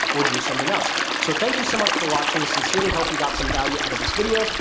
or do something else. so, thank you so much for watching. sincerely hope you got some value out of this video.